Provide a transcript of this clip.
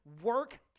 work